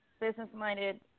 business-minded